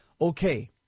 okay